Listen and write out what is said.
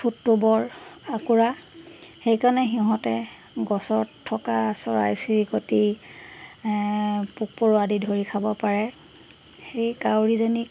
ঠোঁটটো বৰ আঁকোৰা সেইকাৰণে সিহঁতে গছত থকা চৰাই চিৰিকটি পোক পৰুৱা আদি ধৰি খাব পাৰে সেই কাউৰীজনীক